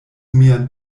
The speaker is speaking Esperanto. mian